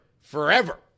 forever